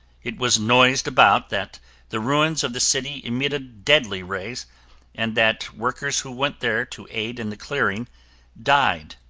it was noised about that the ruins of the city emitted deadly rays and that workers who went there to aid in the clearing died,